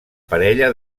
parella